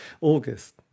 August